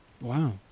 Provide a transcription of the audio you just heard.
Wow